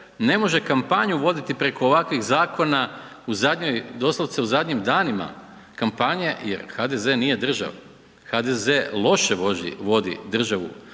Ne može kampanju voditi preko ovakvih zakona u zadnjoj, doslovce u zadnjim danima kampanje jer HDZ nije država. HDZ loše vodi državu,